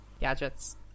gadgets